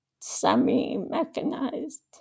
semi-mechanized